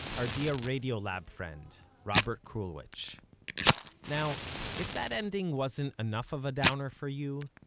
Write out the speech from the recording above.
our dear radiolab friend, robert krulwich now if that ending wasn't enough of a downer for you,